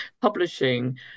publishing